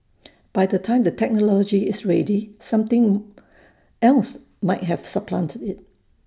by the time the technology is ready something else might have supplanted IT